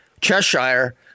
Cheshire